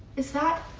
is that.